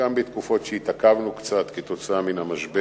גם בתקופות שהתעכבנו קצת כתוצאה מן המשבר,